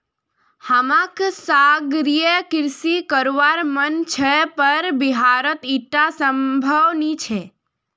हमाक सागरीय कृषि करवार मन छ पर बिहारत ईटा संभव नी छ